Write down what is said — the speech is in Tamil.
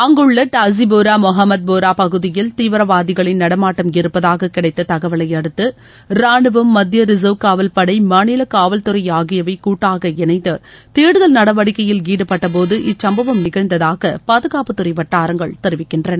அங்குள்ள டாசிபோரா மொஹமத் போரா பகுதியில் தீவிரவாதிகளின் நடமாட்டம் இருப்பதாக கிடைத்த தகவலையடுத்து ராணுவம் மத்திய ரின்வ் காவல்படை மாநில காவல்துறை ஆகியவை கூட்டாக இணைந்து தேடுதல் நடவடிக்கையில் ஈடுபட்டபோது இச்சம்பவம் நிகழ்ந்ததாக பாதுகாப்பு துறை வட்டாரங்கள் தெரிவிக்கின்றன